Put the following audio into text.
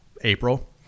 April